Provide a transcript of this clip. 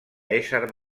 ésser